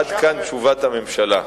עד כאן תשובת הממשלה.